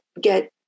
get